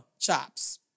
chops